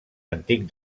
antic